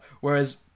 Whereas